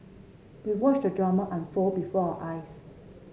we watched the drama unfold before our eyes